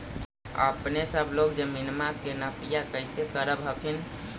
अपने सब लोग जमीनमा के नपीया कैसे करब हखिन?